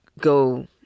go